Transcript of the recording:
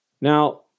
Now